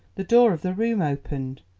the door of the room opened,